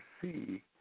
see